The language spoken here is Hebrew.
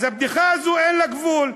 אז הבדיחה הזאת, אין לה גבול.